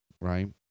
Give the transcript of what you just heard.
right